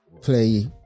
play